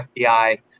FBI